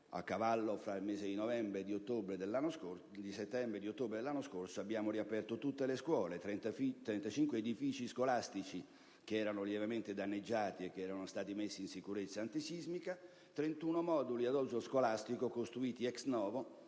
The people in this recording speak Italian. a cavallo tra i mesi di settembre e di ottobre dell'anno scorso abbiamo riaperto tutte le scuole: 35 edifici scolastici, che erano lievemente danneggiati e che erano stati messi in sicurezza antisismica e 31 moduli ad uso scolastico costruiti *ex novo*